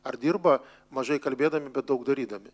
ar dirba mažai kalbėdami bet daug darydami